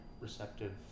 receptive